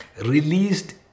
released